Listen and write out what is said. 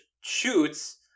shoots